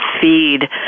feed